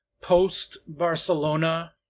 post-Barcelona